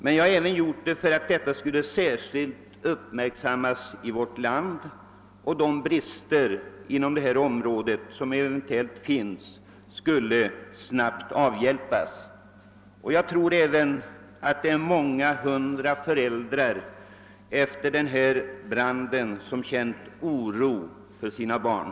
Min av sikt har varit att förhållandena inom detta område i vårt land skulle särskilt uppmärksammas, så att de brister som eventuellt finns snabbt skulle kunna avhjälpas. Jag tror att det är många hundra föräldrar som efter denna brand känt oro för sina barn.